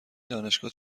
دانشگاه